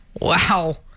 Wow